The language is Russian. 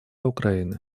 украины